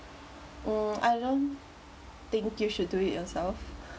mm I don't think you should do it yourself